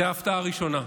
זו הפתעה ראשונה.